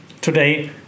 today